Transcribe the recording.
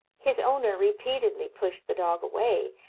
his owner repeatedly pushed the dog away,